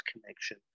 connection